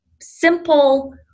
simple